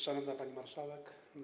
Szanowna Pani Marszałek!